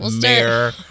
mayor